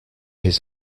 his